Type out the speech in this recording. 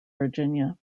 virginia